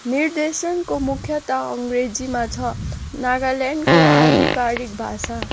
निर्देशन मुख्यतया अङ्ग्रेजीमा छ नागाल्यान्डको आधिकारिक भाषा